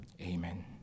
Amen